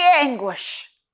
anguish